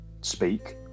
speak